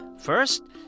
First